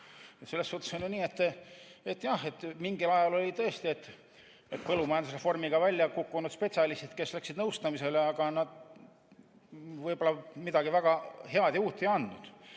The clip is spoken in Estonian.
Selles suhtes on nii, et jah, et mingil ajal tõesti põllumajandusreformiga välja kukkunud spetsialistid läksid nõustamisele, aga ega nad võib‑olla midagi väga head ega uut ei andnud.